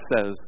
says